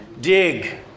dig